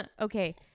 Okay